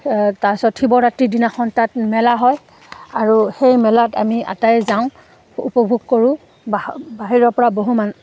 তাৰছত শিৱৰাত্ৰিৰ দিনাখন তাত মেলা হয় আৰু সেই মেলাত আমি আটাই যাওঁ উপভোগ কৰোঁ বা বাহিৰৰ পৰা বহু মান